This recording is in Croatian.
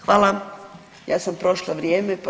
Hvala, ja sam prošla vrijeme pa